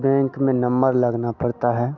bank में number लगना पड़ता है